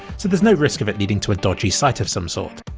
so there's no risk of it leading to a dodgy site of some sort.